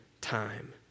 time